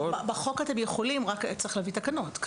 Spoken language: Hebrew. בחוק אתם יכולים, רק צריך להביא תקנות.